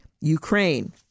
Ukraine